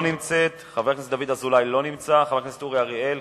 דוד אזולאי ואורי אריאל,